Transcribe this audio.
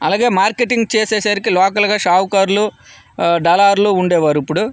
అలాగే మార్కెటింగ్ చేసేసరికి లోకల్గా షావుకారులు డాలర్లు ఉండేవారు ఇప్పుడు